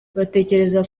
batekereza